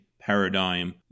paradigm